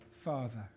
father